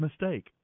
mistake